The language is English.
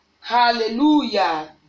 Hallelujah